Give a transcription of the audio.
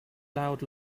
loud